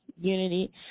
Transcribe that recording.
unity